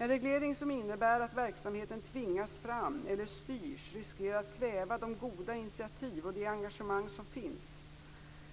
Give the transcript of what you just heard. En reglering som innebär att verksamheten tvingas fram eller styrs riskerar att kväva de goda initiativ och det engagemang som finns.